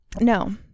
No